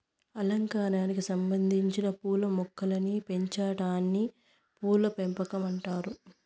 అలంకారానికి సంబందించిన పూల మొక్కలను పెంచాటాన్ని పూల పెంపకం అంటారు